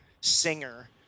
Singer